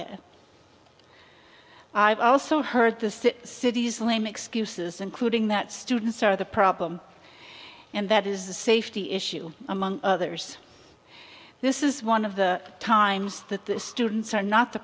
it i've also heard the same city's lame excuses including that students are the problem and that is a safety issue among others this is one of the times that the students are not the